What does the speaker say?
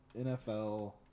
NFL